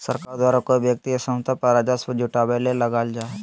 सरकार द्वारा कोय व्यक्ति या संस्था पर राजस्व जुटावय ले लगाल जा हइ